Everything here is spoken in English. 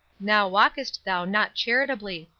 now walkest thou not charitably.